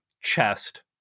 chest